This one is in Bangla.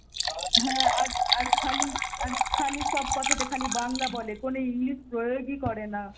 হ্যাঁ আর আর খালি আর খালি খালি সব কথাতে খালি বাংলা বলে কোনো ইংলিশ প্রয়োগই করে না